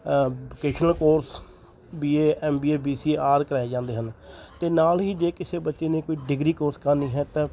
vocational course B A M B A B C A ਆਦਿ ਕਰਾਏ ਜਾਂਦੇ ਹਨ ਅਤੇ ਨਾਲ ਹੀ ਜੇ ਕਿਸੇ ਬੱਚੇ ਨੇ ਕੋਈ ਡਿਗਰੀ ਕੋਰਸ ਕਰਨੀ ਹੈ ਤਾਂ